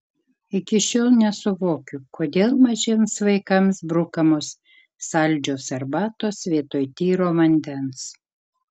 iki šiol nesuvokiu kodėl mažiems vaikams brukamos saldžios arbatos vietoj tyro vandens